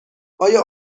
آیا